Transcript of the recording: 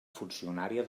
funcionària